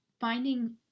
finding